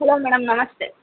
hello madam namaste